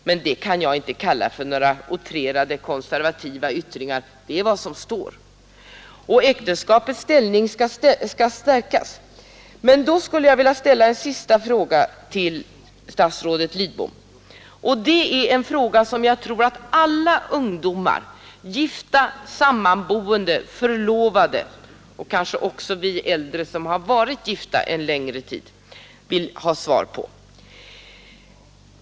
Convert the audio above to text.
Men det kan jag inte kalla för några utrerade konservativa yttringar. Jag skulle här vilja ställa en sista fråga till statsrådet Lidbom. Det är en fråga som jag tror alla ungdomar — gifta, sammanboende och förlovade — och kanske också vi äldre, som har varit gifta en längre tid, vill ha svar på.